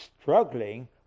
struggling